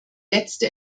letzte